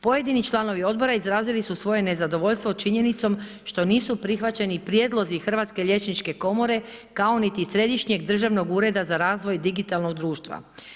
Pojedini članovi odbora izrazili su svoje nezadovoljstvo činjenicom što nisu prihvaćeni prijedlozi Hrvatske liječničke komore kao niti Središnjeg državnog ureda za razvoj digitalnog društva.